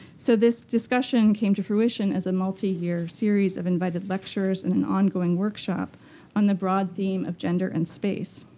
so this discussion came to fruition as a multi-year series of invited lecturers and an ongoing workshop on the broad theme of gender and space.